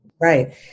Right